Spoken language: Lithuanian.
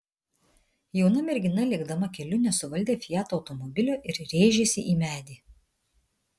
jauna mergina lėkdama keliu nesuvaldė fiat automobilio ir rėžėsi į medį